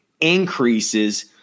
increases